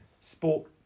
sport